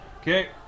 Okay